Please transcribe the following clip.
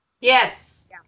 Yes